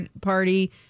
party